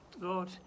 Lord